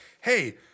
hey